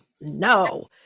no